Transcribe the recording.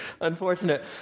unfortunate